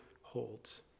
holds